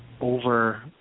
over